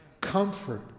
Comfort